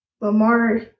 Lamar